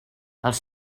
els